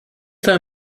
tell